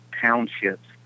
townships